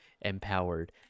empowered